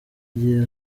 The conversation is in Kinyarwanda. gihe